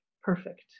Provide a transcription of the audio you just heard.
perfect